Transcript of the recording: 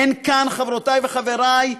אין כאן, חברותי וחברי,